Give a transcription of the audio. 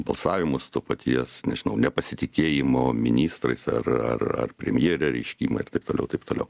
balsavimus to paties nežinau nepasitikėjimo ministrais ar ar ar premjerė reiškia ima ir taip toliau ir taip toliau